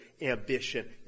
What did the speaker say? ambition